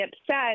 upset